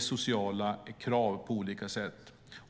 sociala krav på olika sätt.